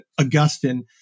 Augustine